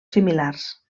similars